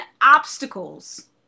obstacles